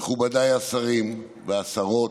מכובדיי השרים והשרות,